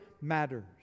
matters